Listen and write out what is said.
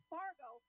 Fargo